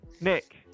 Nick